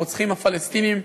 הרוצחים הפלסטינים,